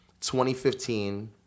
2015